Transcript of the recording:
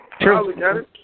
True